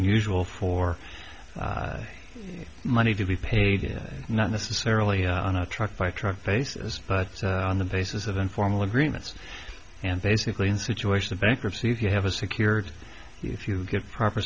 unusual for the money to be paid in not necessarily on a truck by truck faces but on the basis of informal agreements and basically in situation of bankruptcy if you have a secured if you get proper